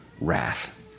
wrath